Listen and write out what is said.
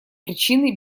причины